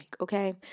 okay